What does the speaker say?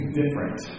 different